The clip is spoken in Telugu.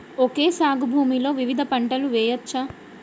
ఓకే సాగు భూమిలో వివిధ పంటలు వెయ్యచ్చా?